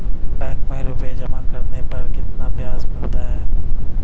Bank में रुपये जमा करने पर कितना ब्याज मिलता है?